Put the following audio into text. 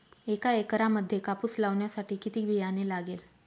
एका एकरामध्ये कापूस लावण्यासाठी किती बियाणे लागेल?